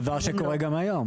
זה דבר שקורה גם היום.